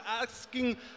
asking